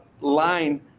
line